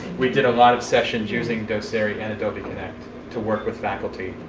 we did a lot of sessions using doceri and adobe connect to work with faculty